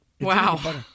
Wow